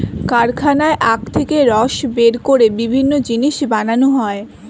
কারখানায় আখ থেকে রস বের করে বিভিন্ন জিনিস বানানো হয়